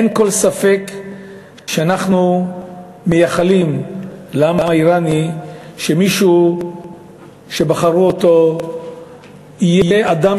אין כל ספק שאנחנו מאחלים לעם האיראני שמי שבחרו אותו יהיה אדם